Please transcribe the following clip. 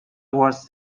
was